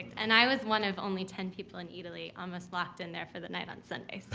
and i was one of only ten people in eataly almost locked in there for the night on sunday.